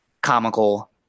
comical